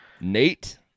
Nate